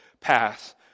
pass